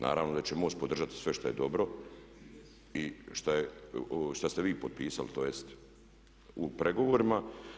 Naravno da će MOST podržati sve što je dobro i što ste vi potpisali tj. u pregovorima.